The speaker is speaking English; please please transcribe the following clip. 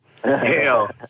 Hell